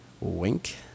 wink